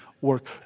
work